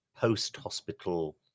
post-hospital